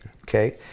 Okay